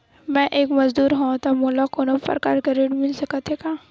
मैं एक मजदूर हंव त मोला कोनो प्रकार के ऋण मिल सकत हे का?